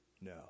No